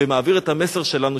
ומעביר את המסר שלנו,